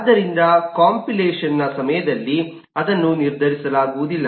ಆದ್ದರಿಂದ ಕಂಪೈಲ್ಯೇಸನ್ನ ಸಮಯದಲ್ಲಿ ಅದನ್ನು ನಿರ್ಧರಿಸಲಾಗುವುದಿಲ್ಲ